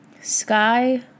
Sky